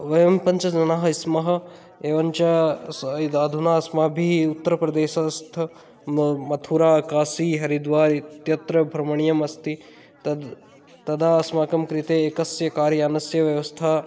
वयं पञ्च जनाः स्मः एवञ्च अधुना अस्माभिः उत्तरप्रदेशस्थ मथुरा काशी हरिद्वारः इत्यत्र भ्रमणीयमस्ति तद् तदा अस्माकं कृते एकस्य कार्यानस्य व्यवस्था